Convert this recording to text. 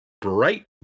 bright